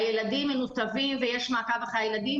הילדים מנותבים ויש מעקב אחרי הילדים.